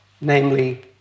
namely